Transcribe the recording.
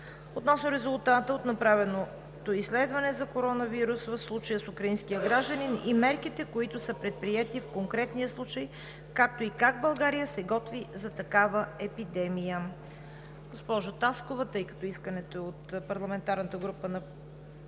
относно резултата от направеното изследване за коронавирус 2019 – nCoV в случая с украински гражданин и мерките, които са предприети в конкретния случай, както и как България се готви за такава епидемия.